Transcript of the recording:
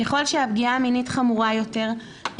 ככל שהפגיעה המינית חמורה יותר,